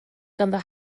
ganddo